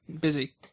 busy